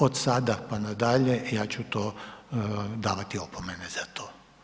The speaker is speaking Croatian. Od sada pa nadalje ja ću to davati opomene za to.